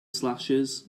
slashes